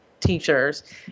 teachers